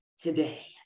today